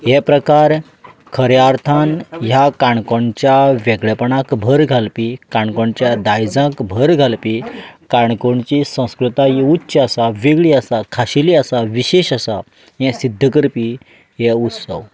हे प्रकार खऱ्या अर्थान ह्या काणकोणच्या वेगळेपणाक भर घालपी काणकोणच्या दायजाक भर घालपी काणकोणची संस्कृताय ही उच्च आसा वेगळी आसा खाशेली आसा विशेश आसा हें सिध्द करपी हे उत्सव